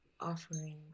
offering